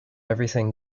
everything